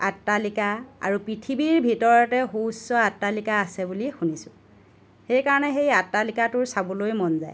অট্টালিকা আৰু পৃথিৱীৰ ভিতৰতে সুউচ্চ অট্টালিকা আছে বুলি শুনিছোঁ সেইকাৰণে সেই অট্টালিকাটো চাবলৈ মন যায়